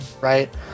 right